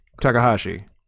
takahashi